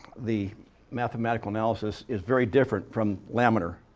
the mathematical analysis is very different from laminar.